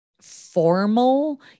formal